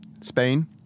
Spain